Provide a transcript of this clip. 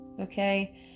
okay